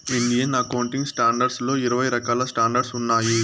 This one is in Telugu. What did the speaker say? ఇండియన్ అకౌంటింగ్ స్టాండర్డ్స్ లో ఇరవై రకాల స్టాండర్డ్స్ ఉన్నాయి